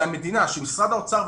המדינה משרד האוצר,